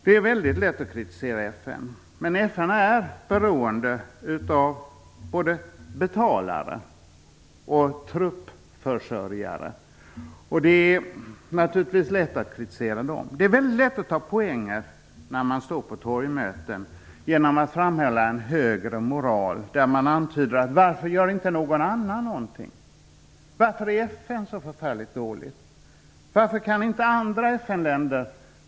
Det är mycket lätt att kritisera FN, men FN är beroende av både betalare och truppförsörjare. Det är naturligtvis lätt att kritisera dem. Det är mycket lätt att ta poänger på torgmöten genom att framhäva en högre moral, där man antyder att någon annan inte gör någonting. Varför är FN så förfärligt dåligt? Varför kan inte andra FN-länder.